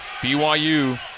BYU